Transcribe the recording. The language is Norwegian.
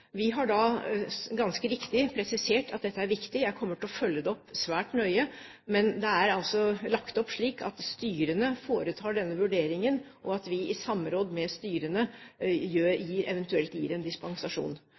Vi har da ganske riktig presisert at dette er viktig. Jeg kommer til å følge det opp svært nøye. Men det er altså lagt opp slik at styrene foretar denne vurderingen, og at vi i samråd med styrene eventuelt gir dispensasjon.